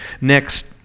next